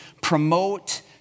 promote